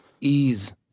ease